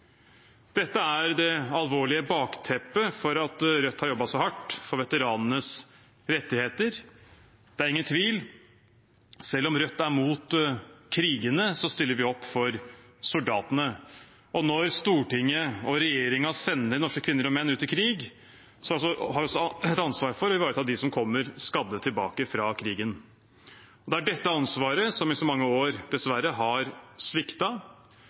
Dette er det alvorlige bakteppet for at Rødt har jobbet så hardt for veteranenes rettigheter. Det er ingen tvil: Selv om Rødt er mot krigene, stiller vi opp for soldatene. Når Stortinget og regjeringen sender norske kvinner og menn ut i krig, har vi også et ansvar for å ivareta dem som kommer skadde tilbake fra krigen. Det er dette ansvaret som i så mange år dessverre har